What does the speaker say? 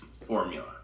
formula